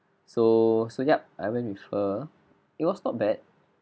so so yup I went with her it was not bad